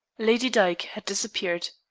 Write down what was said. lady dyke had disappeared.